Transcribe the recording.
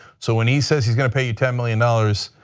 so when he says he is going to pay ten million dollars,